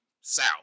south